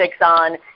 on